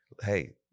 Hey